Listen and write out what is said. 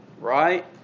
Right